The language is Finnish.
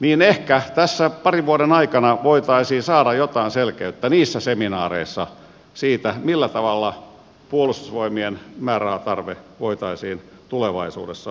niin ehkä tässä parin vuoden aikana voitaisiin saada jotain selkeyttä niissä seminaareissa siitä millä tavalla puolustusvoimien määrärahatarve voitaisiin tulevaisuudessa järjestää